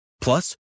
Plus